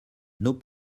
nos